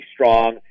strong